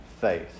faith